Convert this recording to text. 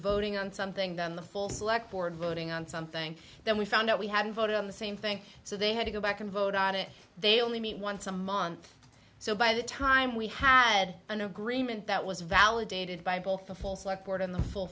voting on something then the full select board voting on something then we found out we hadn't voted on the same thing so they had to go back and vote on it they only meet once a month so by the time we had an agreement that was validated by both the board and the full